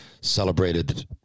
celebrated